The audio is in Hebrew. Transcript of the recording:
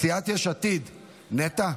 סיעת יש עתיד, נטע,